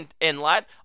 Inlet